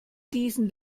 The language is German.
diesen